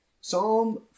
Psalm